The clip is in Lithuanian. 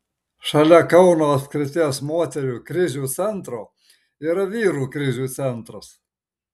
šalia kauno apskrities moterų krizių centro yra vyrų krizių centras